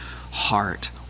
heart